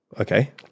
Okay